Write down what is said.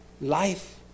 life